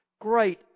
Great